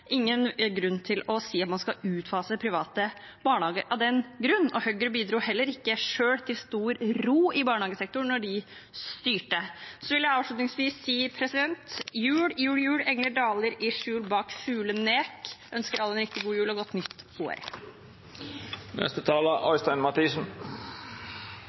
ingen grunn til å si at man skal utfase private barnehager av den grunn. Høyre bidro heller ikke til stor ro i barnehagesektoren da de styrte. Avslutningsvis vil jeg si: «hjul jul i jul engler daler i skjul bak julenek Jeg ønsker alle en riktig god jul og